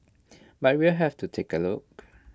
but we'll have to take A look